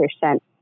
percent